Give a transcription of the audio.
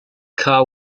car